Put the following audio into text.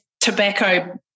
tobacco